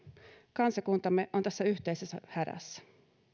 kansakuntamme on tässä yhteisessä hädässä